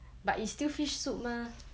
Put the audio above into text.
but it's still fish soup mah